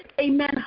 amen